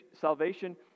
salvation